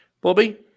Bobby